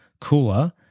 cooler